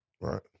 Right